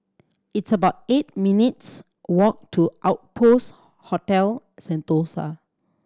it's about eight minutes' walk to Outpost Hotel Sentosa